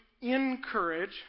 encourage